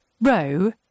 Row